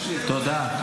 תודה.